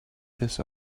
his